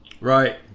Right